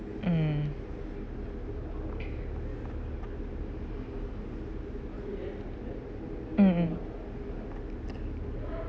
mm mm mm